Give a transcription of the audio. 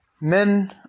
men